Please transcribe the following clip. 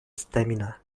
stamina